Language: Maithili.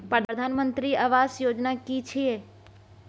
प्रधानमंत्री आवास योजना कि छिए?